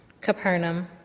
capernaum